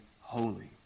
holy